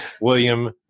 William